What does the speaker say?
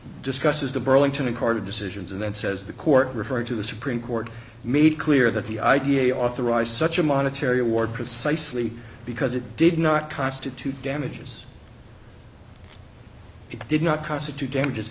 discusses the burlington accorded decisions and then says the court referred to the supreme court made clear that the idea authorize such a monetary award precisely because it did not constitute damages it did not constitute damages